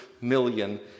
million